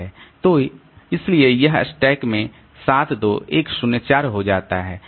तो इसलिए यह स्टैक में 7 2 1 0 4 हो जाता है